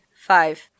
five